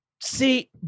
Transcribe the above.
See